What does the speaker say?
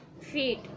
feet